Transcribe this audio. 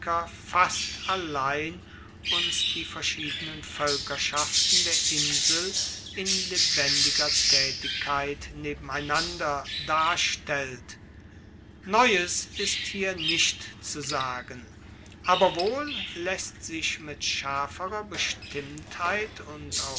fast allein uns die verschiedenen voelkerschaften der halbinsel in lebendiger taetigkeit nebeneinander darstellt neues ist hier nicht zu sagen aber wohl laesst sich mit schaerferer bestimmtheit und